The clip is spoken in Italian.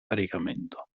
caricamento